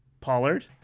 pollard